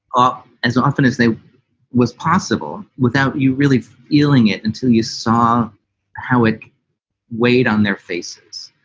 up as often as they was possible without you really feeling it until you saw how it weighed on their faces.